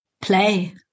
play